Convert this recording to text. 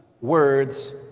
words